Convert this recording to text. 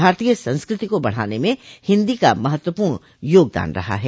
भारतीय संस्कृति को बढ़ाने में हिन्दी का महत्वपूर्ण योगदान रहा है